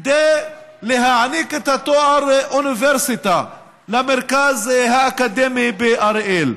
כדי להעניק את התואר אוניברסיטה למרכז האקדמי באריאל.